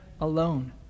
alone